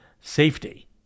safety